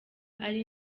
ari